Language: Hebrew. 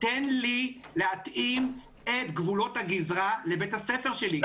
תן לי להתאים את גבולות הגזרה לבית הספר שלי,